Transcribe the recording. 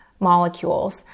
molecules